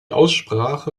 aussprache